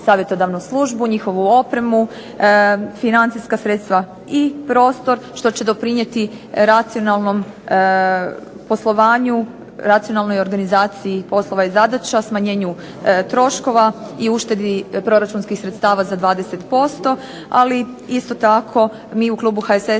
savjetodavnu službu, njihovu opremu, financijska sredstva i prostor što će doprinijeti racionalnom poslovanju, racionalnoj organizaciji poslova i zadaća, smanjenju troškova i uštedi proračunskih sredstava za 20% ali isto tako mi u klubu HSS-a